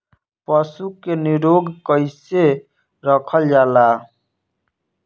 पशु के निरोग कईसे रखल जाला?